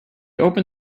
opened